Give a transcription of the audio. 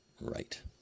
right